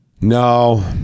No